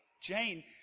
Jane